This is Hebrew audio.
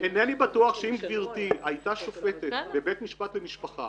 אינני בטוח שאם גברתי הייתה שופטת בבית משפט למשפחה